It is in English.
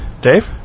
Dave